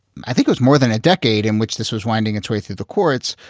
i think there's more than a decade in which this was winding its way through the courts.